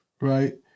right